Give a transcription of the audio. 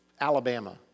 Alabama